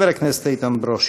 חבר הכנסת איתן ברושי.